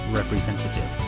representative